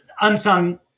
unsung